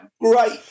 great